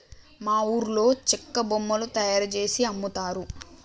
మా ఊర్లో చెక్క బొమ్మలు తయారుజేసి అమ్ముతారు